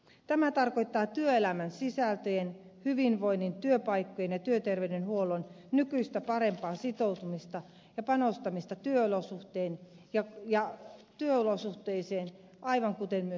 tämä tarkoittaa työelämän sisältöjen hyvinvoinnin työpaikkojen ja työterveyshuollon nykyistä parempaa sitoutumista ja panostamista työolosuhteisiin aivan kuten myös työntekijöihin